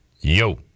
yo